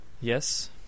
Yes